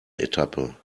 etappe